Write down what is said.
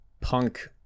punk